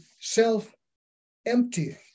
self-emptying